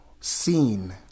seen